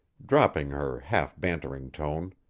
dropping her half-bantering tone.